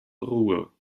ruhr